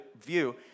view